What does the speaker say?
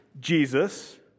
Jesus